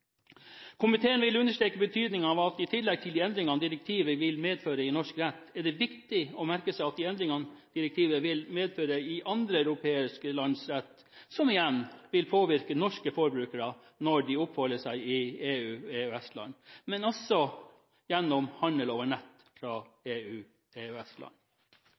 Komiteen vil understreke betydningen av at i tillegg til de endringene direktivet vil medføre i norsk rett, er det viktig å merke seg de endringene direktivet vil medføre i andre europeiske lands rett, som igjen vil påvirke norske forbrukere når de oppholder seg i EU-/EØS-land – og også gjennom handel over nett fra